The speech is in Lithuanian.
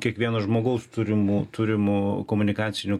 kiekvieno žmogaus turimų turimų komunikacinių